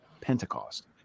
Pentecost